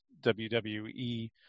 WWE